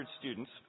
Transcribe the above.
students